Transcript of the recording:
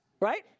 right